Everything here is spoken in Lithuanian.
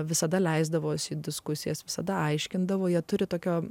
visada leisdavosi į diskusijas visada aiškindavo jie turi tokio